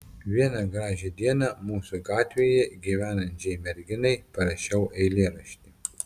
vieną gražią dieną mūsų gatvėje gyvenančiai merginai parašiau eilėraštį